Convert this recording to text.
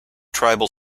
tribal